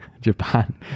Japan